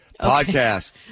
Podcast